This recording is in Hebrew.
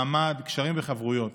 מעמד, קשרים וחברויות.